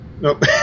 Nope